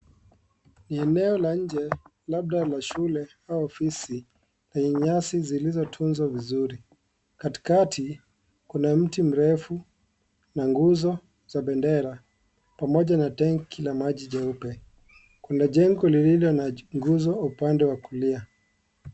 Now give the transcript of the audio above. Ni eneo la nje labda la shule au ofisi, yenye nyasi zilizotunzwa vizuri. Katikati kuna mti mrefu na nguzo za bendera pamoja na tanki la rangi jeupe. Kuna jengo lililo na nguzo upande wa kulia.